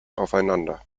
aufeinander